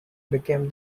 became